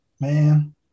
Man